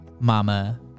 mama